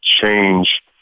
change